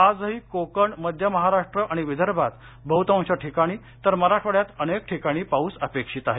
आजही कोकण मध्यमहाराष्ट्र आणि विदर्भात बहुतांश ठिकाणी तर मराठवाड्यात अनेक ठिकाणी पाऊस अपेक्षित आहे